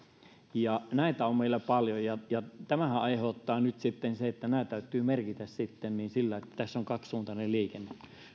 näitä on meillä paljon ja ja tämähän aiheuttaa nyt sitten sen että nämä täytyy merkitä sillä tavalla että tässä on kaksisuuntainen liikenne minä